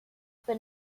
been